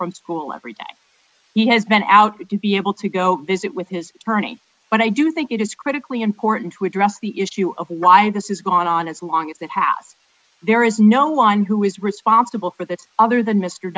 from school every day he has been out to be able to go visit with his attorney but i do think it is critically important to address the issue of why this has gone on as long as that house there is no one who is responsible for this other than m